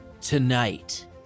Tonight